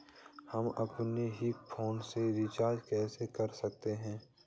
हम अपने ही फोन से रिचार्ज कैसे कर सकते हैं?